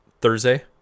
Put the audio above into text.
Thursday